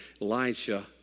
Elijah